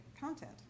content